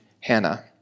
Hannah